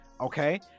okay